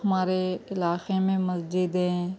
ہمارے علاقے میں مسجدیں